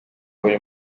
buri